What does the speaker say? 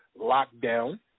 lockdown